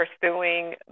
pursuing